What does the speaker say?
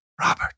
Robert